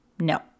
No